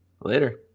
Later